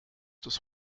des